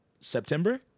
September